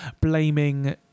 blaming